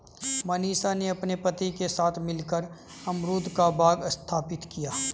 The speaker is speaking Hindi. मनीषा ने अपने पति के साथ मिलकर अमरूद का बाग स्थापित किया